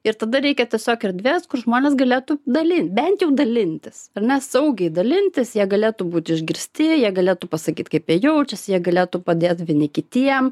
ir tada reikia tiesiog erdvės kur žmonės galėtų dalint bent jau dalintis ar ne saugiai dalintis jie galėtų būt išgirsti jie galėtų pasakyt kaip jie jaučiasi jie galėtų padėt vieni kitiems